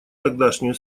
тогдашнюю